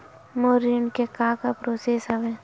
मोर ऋण के का का प्रोसेस हवय?